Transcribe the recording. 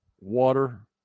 water